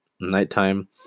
nighttime